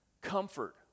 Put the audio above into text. comfort